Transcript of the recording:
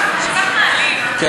זה כל כך מעליב, זה כל כך לא שייך.